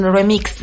remix